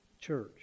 church